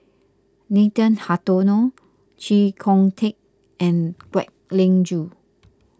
Nathan Hartono Chee Kong Tet and Kwek Leng Joo